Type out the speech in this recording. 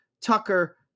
Tucker